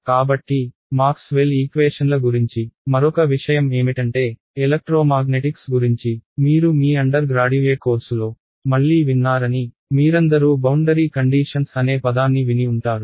కాబట్టి మాక్స్వెల్ ఈక్వేషన్ల గురించి మరొక విషయం ఏమిటంటే ఎలక్ట్రోమాగ్నెటిక్స్ గురించి మీరు మీ అండర్ గ్రాడ్యుయేట్ కోర్సులో మళ్లీ విన్నారని మీరందరూ బౌండరీ కండీషన్స్ అనే పదాన్ని విని ఉంటారు